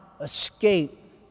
escape